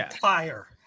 fire